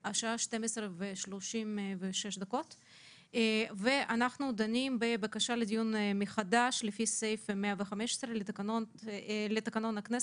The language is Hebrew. השעה 12:36. אנחנו דנים בבקשה לדיון מחדש לפי סעיף 115 לתקנון הכנסת,